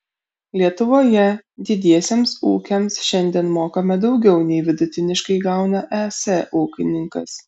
lietuvoje didiesiems ūkiams šiandien mokame daugiau nei vidutiniškai gauna es ūkininkas